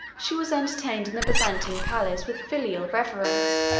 she was entertained in the byzantine palace with filial reverence,